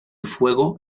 fuego